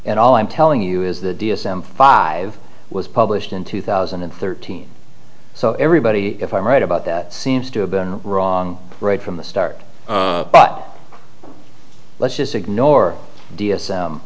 and all i'm telling you is the d s m five was published in two thousand and thirteen so everybody if i'm right about that seems to have been wrong right from the start but let's just ignore d